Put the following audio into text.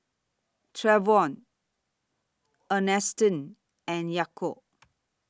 Trayvon Earnestine and Yaakov